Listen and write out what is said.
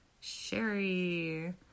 Sherry